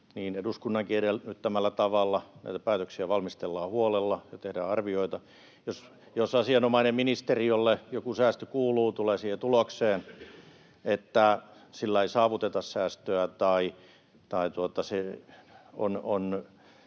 eduskunnankin edellyttämällä tavalla näitä päätöksiä valmistellaan huolella ja tehdään arvioita. Jos asianomainen ministeriö, jolle joku säästö kuuluu, tulee siihen tulokseen, että sillä ei saavuteta säästöä tai se on